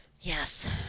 Yes